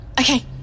Okay